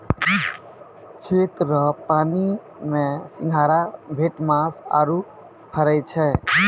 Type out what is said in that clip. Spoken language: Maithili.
खेत रो पानी मे सिंघारा, भेटमास आरु फरै छै